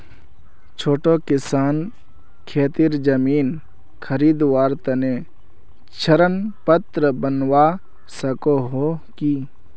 छोटो किसान खेतीर जमीन खरीदवार तने ऋण पात्र बनवा सको हो कि?